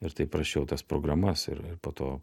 ir taip rašiau tas programas ir ir po to